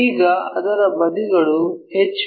ಈಗ ಅದರ ಬದಿಗಳು ಎಚ್